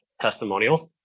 testimonials